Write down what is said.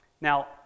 Now